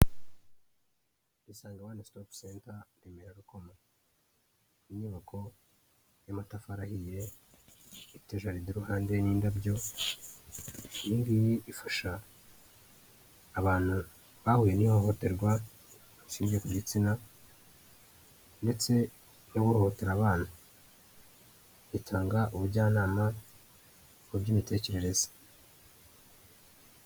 Isange wane sitopu senta Remera Rukoma, inyubako y'amatafari ahiye, ifite jaride iruhande y'indabyo abantu bahu n'ihohoterwa rishingiye ku gitsina, ndetse no guhotera abana ritanga ubujyanama mu by'imitekerereze.